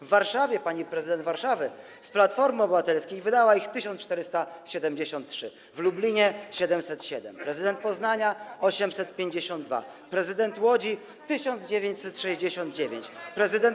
W Warszawie pani prezydent Warszawy z Platformy Obywatelskiej wydała ich 1473, w Lubinie - 707, prezydent Poznania wydał 852, prezydent Łodzi - 1969, prezydent.